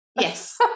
Yes